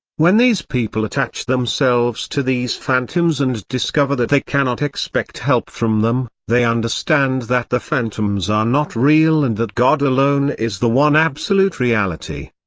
when these people attach themselves to these phantoms and discover that they cannot expect help from them, they understand that the phantoms are not real and that god alone is the one absolute reality.